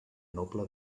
noble